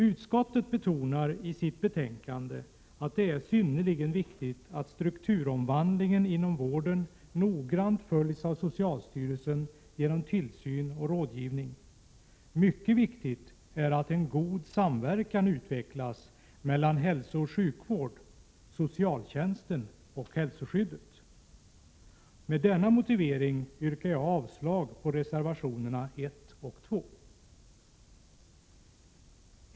Utskottet betonar i sitt betänkande att det är synnerligen viktigt att strukturomvandlingen inom vården noggrant följs av socialstyrelsen genom tillsyn och rådgivning. Mycket viktigt är också att en god samverkan utvecklas mellan hälsooch sjukvården, socialtjänsten och hälsoskyddet. Med denna motivering yrkar jag avslag på reservationerna 1 och 2.